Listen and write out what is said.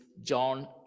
John